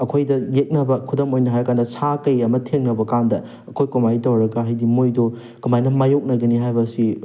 ꯑꯩꯈꯣꯏꯗ ꯌꯦꯛꯅꯕ ꯈꯨꯗꯝ ꯑꯣꯏꯅ ꯍꯥꯏꯔ ꯀꯥꯟꯗ ꯁꯥ ꯀꯩ ꯑꯃ ꯊꯦꯡꯅꯕ ꯀꯥꯟꯗ ꯑꯩꯈꯣꯏ ꯀꯃꯥꯏꯅ ꯇꯧꯔꯒ ꯍꯥꯏꯗꯤ ꯃꯣꯏꯗꯣ ꯀꯃꯥꯏꯅ ꯃꯥꯌꯣꯛꯅꯒꯅꯤ ꯍꯥꯏꯕꯁꯤ